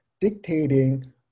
dictating